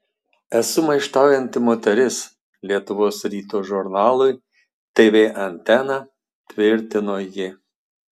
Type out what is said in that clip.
esu maištaujanti moteris lietuvos ryto žurnalui tv antena tvirtino ji